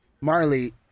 Marley